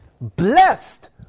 blessed